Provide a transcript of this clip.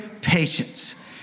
patience